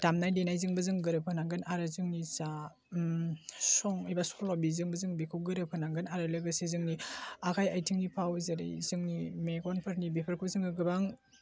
दामनाय देनायजोंबो जों गोरोब होनांगोन आरो जोंनि जा सं एबा सल' बेजोंबो जों बेखौ गोरोब होनांगोन आरो लोगोसे जोंनि आखाइ आइथिंनि फाव जेरै जोंनि मेगनफोरनि बेफोरखौ जोङो गोबां